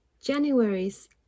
January's